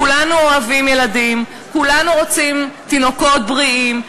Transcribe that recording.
כולנו אוהבים ילדים, כולנו רוצים תינוקות בריאים.